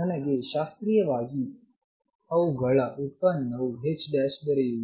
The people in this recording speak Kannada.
ನನಗೆ ಶಾಸ್ತ್ರೀಯವಾಗಿ ಅವುಗಳ ಗುಣಾಂಶವು ದೊರೆಯುವುದು